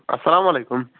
اَسَلام علیکُم